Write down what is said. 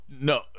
no